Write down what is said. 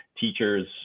teachers